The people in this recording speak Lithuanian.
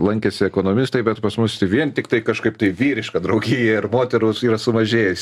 lankėsi ekonomistai bet pas mus vien tiktai kažkaip tai vyriška draugija ir moterų yra sumažėję